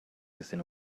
within